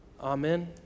amen